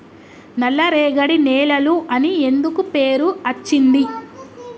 నల్లరేగడి నేలలు అని ఎందుకు పేరు అచ్చింది?